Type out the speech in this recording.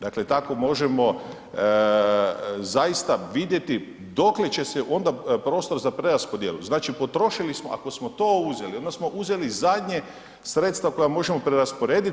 Dakle, tako možemo zaista vidjeti dokle će se onda prostor za preraspodjelu, znači potrošili smo, ako smo to uzeli onda smo uzeli zadnje sredstva koje možemo prerasporediti.